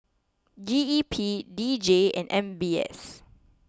G E P D J and M B S